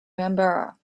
bambara